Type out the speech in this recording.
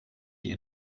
die